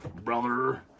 brother